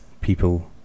people